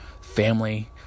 family